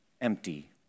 empty